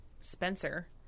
Spencer